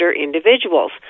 individuals